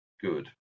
good